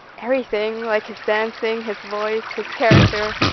everything, like, his dancing, his voice, his character.